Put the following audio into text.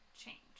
change